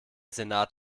senat